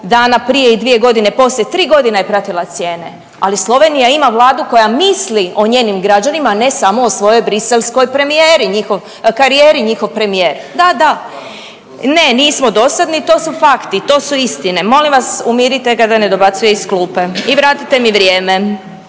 dana prije i dvije godine poslije, tri godine je pratila cijene, ali Slovenija ima Vladu koja misli o njenim građanima, a ne samo o svojoj briselskoj premijeri, karijeri, njihov premijer. Da, da …/Upadica se ne razumije./… ne, nismo dosadni to su fakti i to su istine. Molim vas umirite ga da ne dobacuje iz klupe i vratite mi vrijeme.